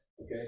okay